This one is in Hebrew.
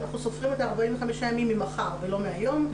אנחנו סופרים את 45 הימים ממחר ולא מהיום,